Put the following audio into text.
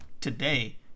today